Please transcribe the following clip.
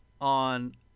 On